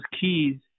keys